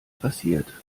passiert